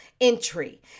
entry